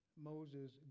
Moses